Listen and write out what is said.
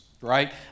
right